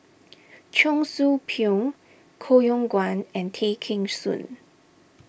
Cheong Soo Pieng Koh Yong Guan and Tay Kheng Soon